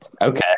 Okay